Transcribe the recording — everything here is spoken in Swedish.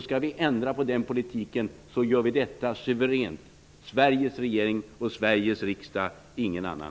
Skall vi ändra på den politiken gör vi detta suveränt. Det gör Sveriges regering och Sveriges riksdag, ingen annan.